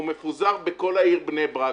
הוא מפוזר בכל העיר בני ברק,